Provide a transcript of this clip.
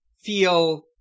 feel